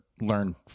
learn